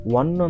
one